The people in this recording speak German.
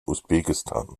usbekistan